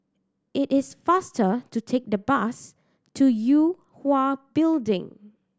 it is faster to take the bus to Yue Hwa Building